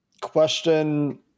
question